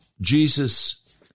Jesus